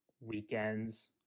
weekends